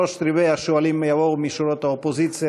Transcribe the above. שלושה רבעים מהשואלים יבואו משורות האופוזיציה,